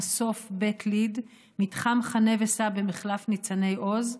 ומסוף בבית ליד ומתחם חנה וסע במחלף ניצני עוז,